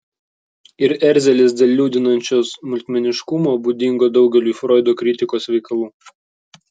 ir erzelis dėl liūdinančio smulkmeniškumo būdingo daugeliui froido kritikos veikalų